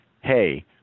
hey